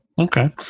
Okay